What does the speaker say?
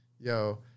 Yo